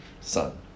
Son